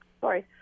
sorry